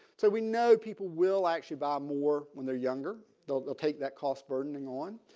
so we know people will actually buy more when they're younger they'll they'll take that cost burden and on.